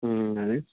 అది